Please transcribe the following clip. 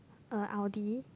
a Audi